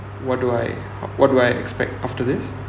what do I uh what do I expect after this